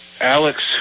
Alex